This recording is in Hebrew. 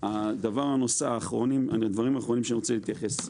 הדברים האחרונים שאני רוצה להתייחס: